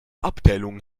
abteilung